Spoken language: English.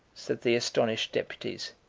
said the astonished deputies.